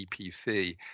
EPC